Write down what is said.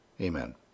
Amen